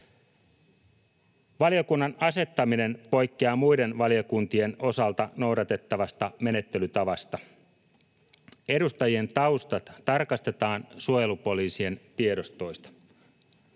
Valiokunnan asettaminen poikkeaa muiden valiokuntien osalta noudatettavasta menettelytavasta. Edustajien taustat tarkastetaan suojelupoliisin tiedostoista